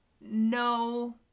no